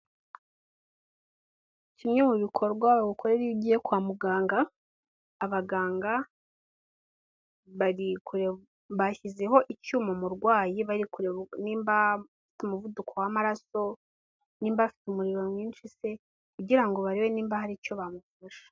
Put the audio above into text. Kimwe mu bikorwa bagukorera iyo ugiye kwa muganga, abaganga bari bashyizeho icyuma umurwayi bari kureba nimba afite umuvuduko w'amaraso, nimba bafite umuriro mwinshi se kugira ngo barebe niba hari icyo bamufasha.